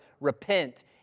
repent